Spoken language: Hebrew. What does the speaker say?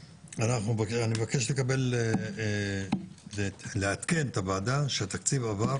אני מבקש לעדכן את הוועדה שהתקציב עבר